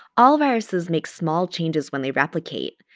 all viruses make small changes when they replicate,